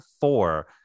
four